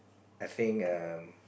I think um